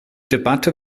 debatte